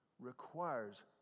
requires